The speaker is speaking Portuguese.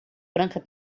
branco